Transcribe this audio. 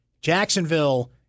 Jacksonville